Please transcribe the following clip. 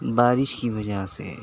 بارش کی وجہ سے